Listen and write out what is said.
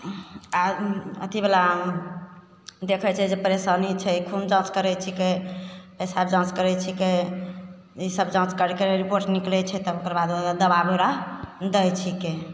आओर अथीवला देखै छै जे परेशानी छै खून जाँच करै छिकै पेशाब जाँच करै छिकै ईसब जाँच करिके रिपोर्ट निकलै छै तब ओकर बाद दवा बिरा दै छिकै